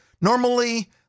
Normally